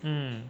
mm